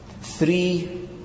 three